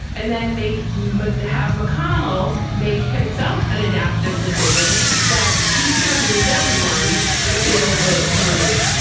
and then make me have mcconnell make himself an adaptive decision that he's going to lose everyone if they don't vote to remove.